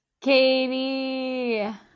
Katie